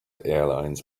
airlines